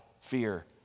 fear